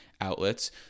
outlets